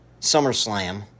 SummerSlam